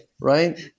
right